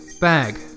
Bag